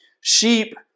Sheep